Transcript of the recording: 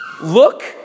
Look